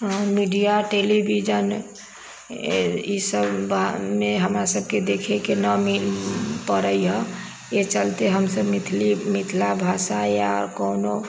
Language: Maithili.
हँ मीडिया टेलीविजन ईसभमे हमरासभके देखयके न मिल पड़ै हे एहि चलते हमसभ मिथिले मिथिला भाषा या कोनो